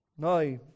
Now